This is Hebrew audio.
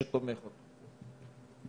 שתומך בו.